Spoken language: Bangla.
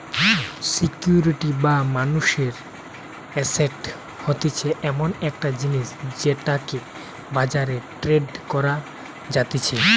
সিকিউরিটি বা মানুষের এসেট হতিছে এমন একটা জিনিস যেটাকে বাজারে ট্রেড করা যাতিছে